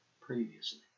previously